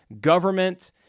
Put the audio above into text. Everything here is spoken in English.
government